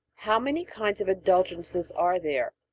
how many kinds of indulgences are there?